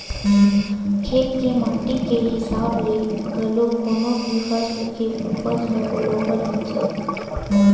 खेत के माटी के हिसाब ले घलो कोनो भी फसल के उपज ह बरोबर होथे